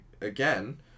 again